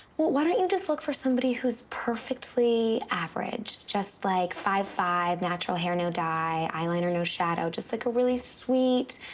well, why don't you just look for somebody who's perfectly average. just like five zero five, natural hair, no dye, eyeliner, no shadow, just like, a really sweet,